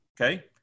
okay